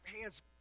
hand's